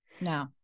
No